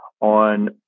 on